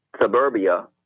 suburbia